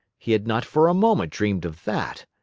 he had not for a moment dreamed of that.